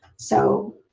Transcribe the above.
so